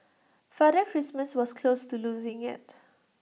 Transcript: Father Christmas was close to losing IT